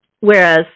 Whereas